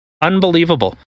Unbelievable